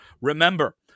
Remember